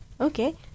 Okay